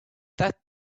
that